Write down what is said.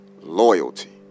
Loyalty